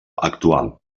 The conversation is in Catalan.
actual